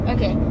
Okay